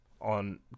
on